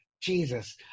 Jesus